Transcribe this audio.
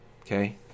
Okay